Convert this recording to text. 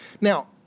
Now